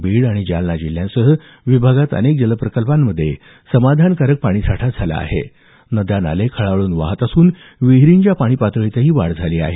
बीड जालना जिल्ह्यांसह विभागात अनेक जलप्रकल्पात समाधानकारक पाणीसाठा झाला आहे नदी नाले खळाळून वाहत असून विहिरींच्या पाणीपातळीतही वाढ झाली आहे